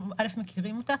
אנחנו מכירים אותה,